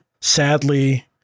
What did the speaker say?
sadly